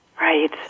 Right